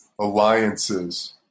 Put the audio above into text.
alliances